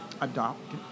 adopt